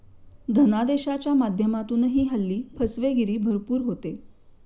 धनादेशाच्या माध्यमातूनही हल्ली फसवेगिरी भरपूर होते